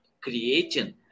creating